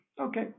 Okay